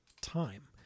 time